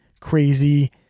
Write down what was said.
crazy